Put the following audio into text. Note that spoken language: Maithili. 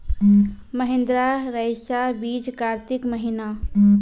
महिंद्रा रईसा बीज कार्तिक महीना?